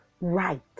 right